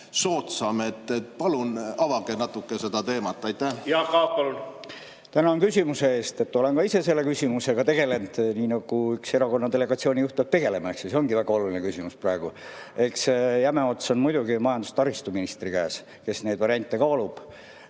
soodsam. Palun avage natuke seda teemat. Jaak Aab, palun! Tänan küsimuse eest! Olen ka ise selle küsimusega tegelenud, nii nagu ühe erakonna delegatsiooni juht peabki. See ongi väga oluline küsimus praegu. Eks jäme ots ole muidugi majandus‑ ja taristuministri käes, kes neid variante kaalub